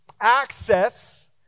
access